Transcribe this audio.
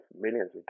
millions